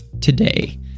Today